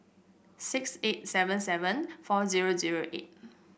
six eight seven seven four zero zero eight